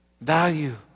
value